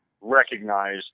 recognize